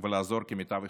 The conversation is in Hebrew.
ולעזור כמטב יכולתו.